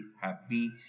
happy